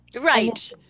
right